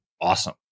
awesome